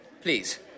please